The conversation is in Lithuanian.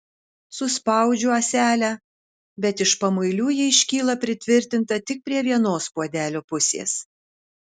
suspaudžiu ąselę bet iš pamuilių ji iškyla pritvirtinta tik prie vienos puodelio pusės